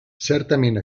certament